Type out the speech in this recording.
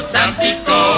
Tampico